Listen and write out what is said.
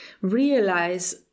realize